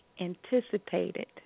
anticipated